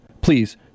please